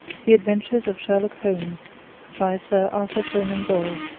the adventures of sherlock holmes by sir arthur conan doyle